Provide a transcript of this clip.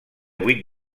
vuit